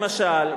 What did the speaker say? למשל,